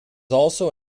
also